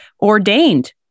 ordained